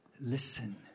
Listen